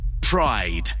pride